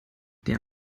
der